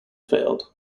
failed